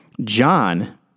John